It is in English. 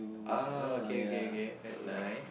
ah okay okay okay that's nice